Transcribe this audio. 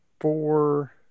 four